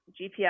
GPS